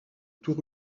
tour